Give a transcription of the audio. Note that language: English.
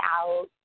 out